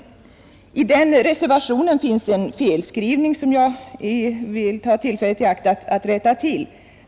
— I reservationen finns det en felskrivning som jag vill ta tillfället i akt att rätta till.